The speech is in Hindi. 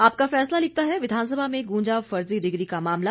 आपका फैसला लिखता है विधानसभा में गूजा फर्जी डिग्री का मामला